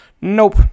Nope